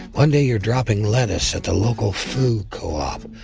one day you're dropping lettuce at the local food co-op,